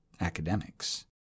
academics